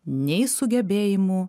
nei sugebėjimų